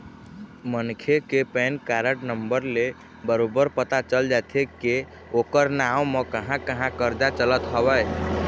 मनखे के PAN card number ले बरोबर पता चल जाथे के ओखर नांव म कहाँ कहाँ करजा चलत हवय